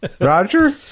Roger